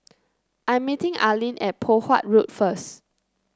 I'm meeting Arleen at Poh Huat Road first